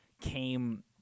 came